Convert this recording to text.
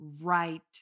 right